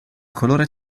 colore